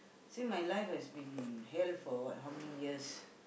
see my life has been hell for what how many years